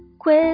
Quiz